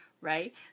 right